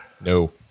no